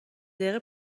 دقیقه